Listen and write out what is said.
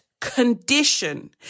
Condition